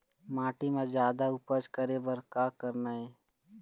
माटी म जादा उपज करे बर का करना ये?